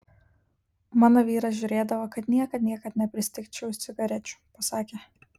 mano vyras žiūrėdavo kad niekad niekad nepristigčiau cigarečių pasakė